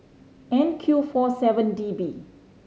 N Q four seven D B